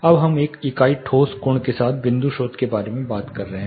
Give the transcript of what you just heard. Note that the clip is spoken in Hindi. अब हम एक इकाई ठोस कोण के साथ बिंदु स्रोत के बारे में बात कर रहे हैं